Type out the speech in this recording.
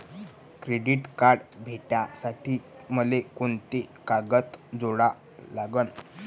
Credit card भेटासाठी मले कोंते कागद जोडा लागन?